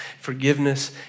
forgiveness